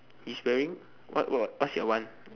he's wearing what what what what's your one